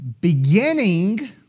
beginning